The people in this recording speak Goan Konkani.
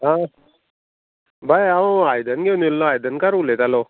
आं बाय हांव आयदन घेवन येयल्लो आयदनकार उलयतालो